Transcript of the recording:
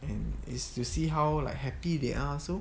and is to see how like happy they are also